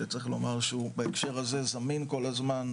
שצריך לומר שהוא בהקשר הזה זמין כל הזמן,